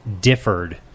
differed